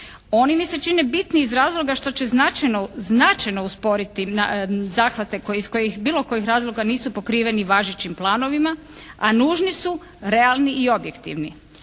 Oni mi se čine bitni iz razloga što će značajno usporiti zahvate koji iz bilo kojih razloga nisu pokriveni važećim planovima, a nužni su, realni i objektivni.